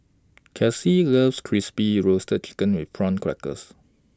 Kelcie loves Crispy Roasted Chicken with Prawn Crackers